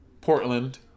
Portland